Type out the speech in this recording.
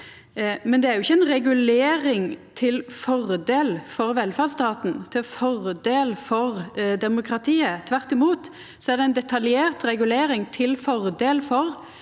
men det er jo ikkje ei regulering til fordel for velferdsstaten, til fordel for demokratiet. Tvert imot er det ei detaljert regulering til fordel for